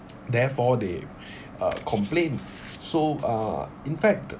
therefore they uh complain so uh in fact